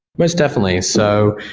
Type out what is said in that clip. most definitely. so